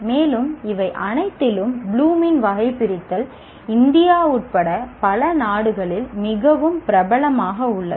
மேலும் இவை அனைத்திலும் ப்ளூமின் வகைபிரித்தல் இந்தியா உட்பட பல நாடுகளில் மிகவும் பிரபலமாக உள்ளது